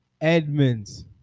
Edmonds